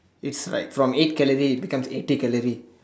it's like from eight calorie it become eighty calorie